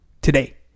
today